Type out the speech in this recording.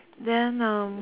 then um